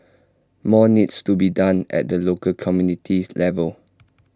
more needs to be done at the local community level